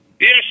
Yes